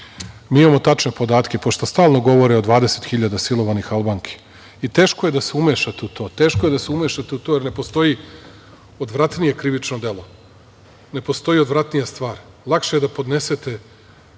imamo tačne podatke, pošto stalno govore o 20.000 silovanih Albanki. Teško je da se umešate u to. Teško je da se umešate u to, jer ne postoji odvratnije krivično delo, ne postoji odvratnija stvar. Lakše je da ponesete,